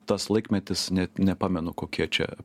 tas laikmetis net nepamenu kokie čia